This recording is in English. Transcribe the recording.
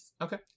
Okay